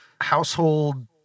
household